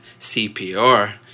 cpr